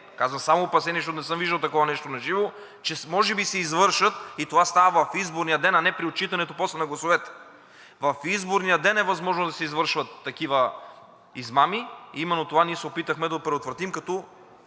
казвам само опасение, защото не съм виждал такова нещо наживо, че може би се извършват и това става в изборния ден, а не при отчитането на гласовете после. В изборния ден е възможно да се извършват такива измами. Именно това ние се опитахме да предотвратим, като